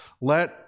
let